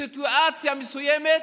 בסיטואציה מסוימת,